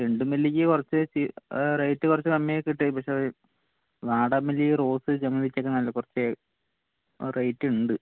ചെണ്ടുമല്ലിക്ക് കുറച്ച് റേറ്റ് കുറച്ച് കമ്മിയായി കിട്ടും പക്ഷെ അത് വാടാമല്ലി റോസ് ജമന്തിക്കൊക്കെ നല്ല കുറച്ച് റേറ്റ് ഉണ്ട്